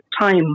time